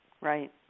Right